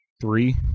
three